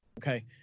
Okay